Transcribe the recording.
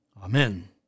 Amen